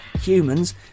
humans